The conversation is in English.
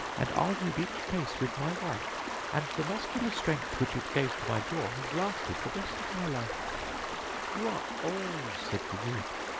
and argued each case with my wife and the muscular strength, which it gave to my jaw, has lasted the rest of my life you are old said the youth,